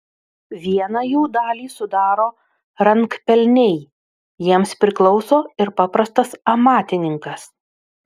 vieną jų dalį sudaro rankpelniai jiems priklauso ir paprastas amatininkas